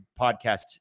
podcast